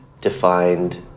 defined